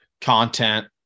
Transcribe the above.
content